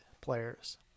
players